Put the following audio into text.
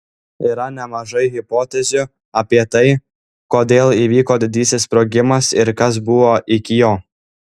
yra nemažai hipotezių apie tai kodėl įvyko didysis sprogimas ir kas buvo iki jo